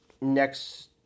Next